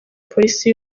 polisi